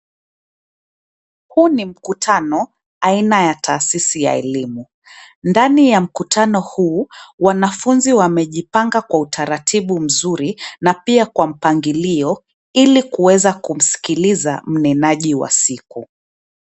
Huu ni mkutano aina ya tasisi ya elimu. Ndani ya mkutano huu wanafunzi wamejipanga kwa utaratibu mzuri na pia kwa mpangilio ili kuweza kumskiliza mnenaji wa siku.